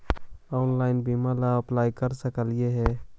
Online बीमा ला apply कर सकली हे?